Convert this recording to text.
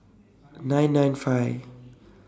nine nine five